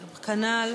כנ"ל.